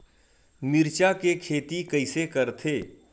मिरचा के खेती कइसे करथे?